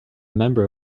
member